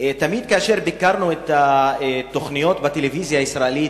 תמיד כאשר ביקרנו את התוכניות בטלוויזיה הישראלית,